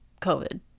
COVID